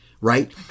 right